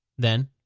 then,